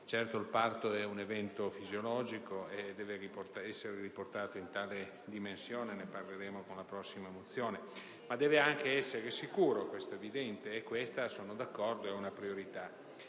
Certo, il parto è un evento fisiologico e deve essere riportato in tale dimensione (ne parleremo con la prossima mozione), ma deve anche essere sicuro, questo è evidente, e sono d'accordo che si tratta